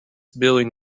billion